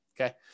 Okay